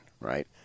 right